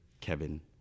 Kevin